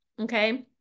Okay